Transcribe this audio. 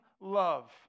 love